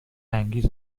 انگیز